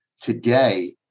today